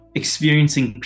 experiencing